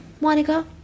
Monica